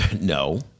No